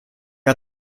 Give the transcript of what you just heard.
are